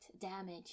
damage